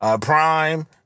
Prime